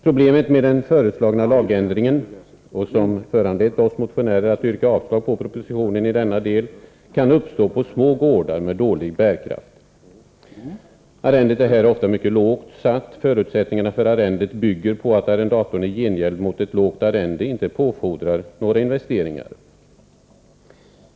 Problemet med den föreslagna lagändringen, vilket föranlett oss motionärer att yrka avslag på propositionen i denna del, kan uppstå på små gårdar med dålig bärkraft. Arrendet är här ofta mycket lågt satt. Förutsättningarna för arrendet bygger på att arrendatorn i gengäld mot ett lågt arrende inte påfordrar några investeringar.